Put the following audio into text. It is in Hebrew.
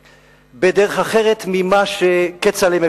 בדרך אחרת ממה שכצל'ה מבין אותו,